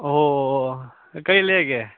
ꯑꯣ ꯑꯣ ꯀꯔꯤ ꯂꯩꯔꯒꯦ